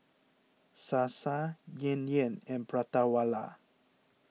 Sasa Yan Yan and Prata Wala